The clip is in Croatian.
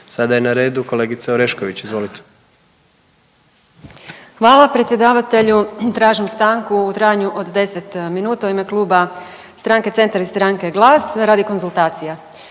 (Stranka s imenom i prezimenom)** Hvala predsjedavatelju. Tražim stanku u trajanju od 10 minuta u ime Kluba stranke Centar i stranke GLAS radi konzultacija.